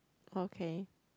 okay